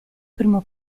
primo